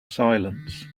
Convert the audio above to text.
silence